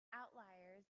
outliers